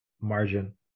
margin